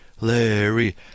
Larry